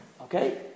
Okay